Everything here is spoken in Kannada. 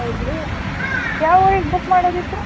ಹೌದ್ರೀ ಯಾವ ಊರಿಗೆ ಬುಕ್ ಮಾಡೋದು ಇತ್ರಿ